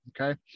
okay